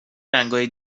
رنگای